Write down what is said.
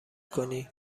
کنی